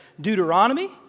Deuteronomy